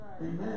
Amen